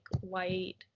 white